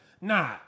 nah